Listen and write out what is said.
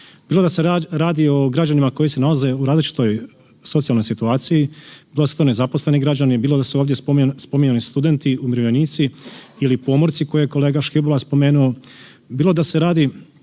Bilo da se radi o građanima koji se nalaze u različitoj socijalnoj situaciji, bilo da su to nezaposleni građani, bilo da su ovdje spominjani studenti, umirovljenici ili pomorci koje je kolega Škibola spomenuo. Bilo da se radi